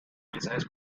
mensajes